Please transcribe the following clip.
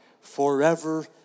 forever